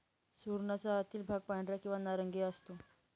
सुरणाचा आतील भाग पांढरा किंवा नारंगी असतो